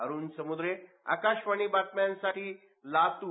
अरूण समूद्रे आकाशवाणी बातम्यासाठी लातूर